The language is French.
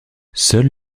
seul